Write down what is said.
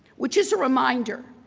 which is a reminder.